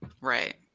Right